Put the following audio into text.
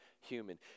human